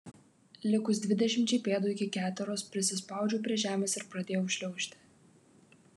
likus dvidešimčiai pėdų iki keteros prisispaudžiau prie žemės ir pradėjau šliaužti